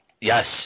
Yes